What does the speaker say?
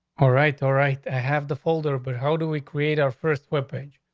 alright, alright, i have the folder. but how do we create our first weapons?